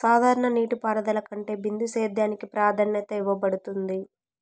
సాధారణ నీటిపారుదల కంటే బిందు సేద్యానికి ప్రాధాన్యత ఇవ్వబడుతుంది